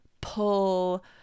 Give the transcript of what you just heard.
pull